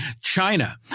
China